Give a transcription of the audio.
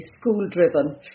school-driven